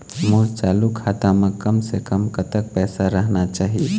मोर चालू खाता म कम से कम कतक पैसा रहना चाही?